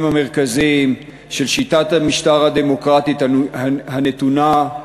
המרכזיים של שיטת המשטר הדמוקרטית הנתונה,